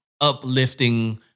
uplifting